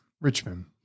Richmond